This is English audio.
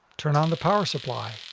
turn on the power supply.